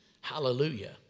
Hallelujah